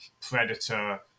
Predator